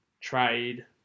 trade